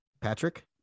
Patrick